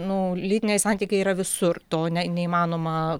nu lytiniai santykiai yra visur to ne neįmanoma